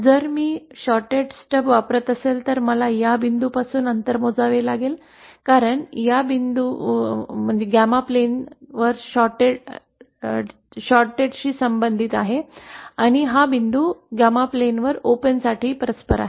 जर मी shorted stub वापरत असेल तर मला या बिंदूपासून अंतर मोजावे लागेल कारण हा बिंदू 𝜞 प्लेनच्या शॉर्ट शॉर्ट शी संबंधित आहे आणि हा बिंदू 𝜞 प्लेनवर open साठी परस्पर आहे